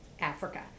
Africa